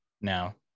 now